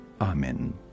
Amen